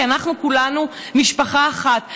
כי אנחנו כולנו משפחה אחת.